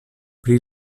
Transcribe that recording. pri